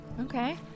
Okay